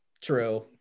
True